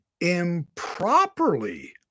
improperly